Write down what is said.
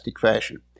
fashion